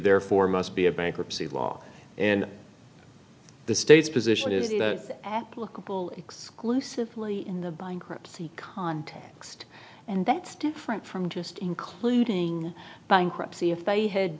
therefore must be a bankruptcy law and the state's position is that applicable exclusively in the bankruptcy context and that's different from just including bankruptcy if they had